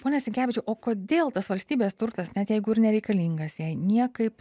pone sinkevičiau o kodėl tas valstybės turtas net jeigu ir nereikalingas jai niekaip